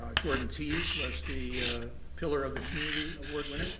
ah gordon tease was the pillar of the community award winner